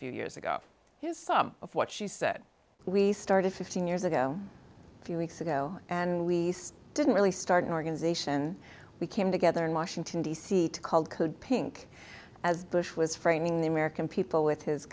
few years ago here's some of what she said we started fifteen years ago a few weeks ago and we didn't really start an organization we came together in washington d c to called code pink as bush was framing the american people with his